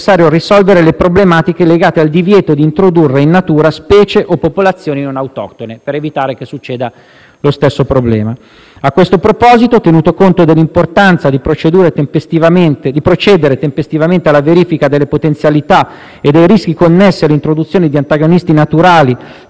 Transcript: risolvere le problematiche legate al divieto d'introdurre in natura specie o popolazioni non autoctone, per evitare che si verifichi il medesimo problema. A questo proposito, tenuto conto dell'importanza di procedere tempestivamente alla verifica delle potenzialità e dei rischi connessi all'introduzione di antagonisti naturali